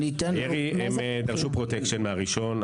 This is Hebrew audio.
הם דרשו פרוטקשיין מהראשון,